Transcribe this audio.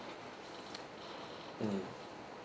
mm